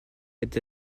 est